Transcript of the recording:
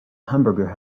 hamburger